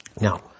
Now